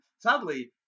sadly